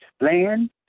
land